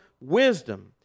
Wisdom